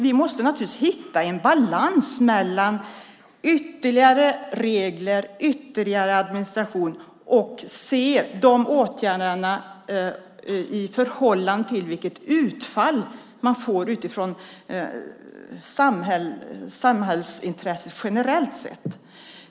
Vi måste naturligtvis hitta en balans mellan ytterligare regler och ytterligare administration och se åtgärderna i förhållande till vilket utfall man får för samhällsintresset generellt sett.